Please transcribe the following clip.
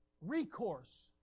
recourse